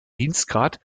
dienstgrad